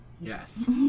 Yes